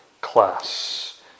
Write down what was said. class